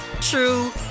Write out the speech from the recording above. true